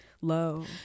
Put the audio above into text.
low